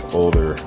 older